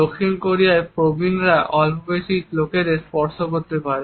দক্ষিণ কোরিয়ায় প্রবীণরা অল্পবয়সী লোকদের স্পর্শ করতে পারে